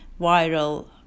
viral